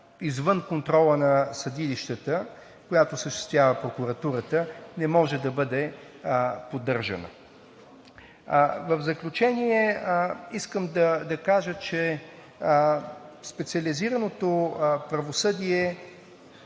извън контрола на съдилищата, която осъществява прокуратурата, не може да бъде поддържана. В заключение, искам да кажа, че специализираното правосъдие,